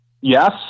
Yes